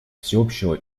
всеобщего